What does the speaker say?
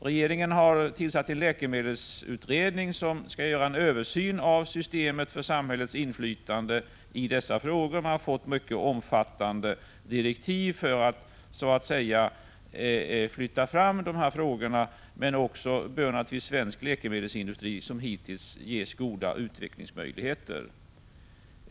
Regeringen har tillsatt en läkemedelsutredning, som skall göra en översyn av systemet för samhällets inflytande i dessa frågor. Den har fått mycket omfattande direktiv för att flytta fram de här frågorna, men svensk läkemedelsindustri bör naturligtvis som hittills också ges goda utvecklingsmöjligheter.